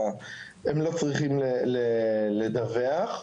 הם לא צריכים לדווח.